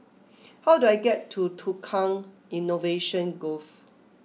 how do I get to Tukang Innovation Grove